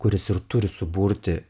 kuris ir turi suburti